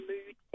Mood